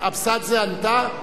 אינה נוכחת.